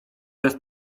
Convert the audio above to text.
jest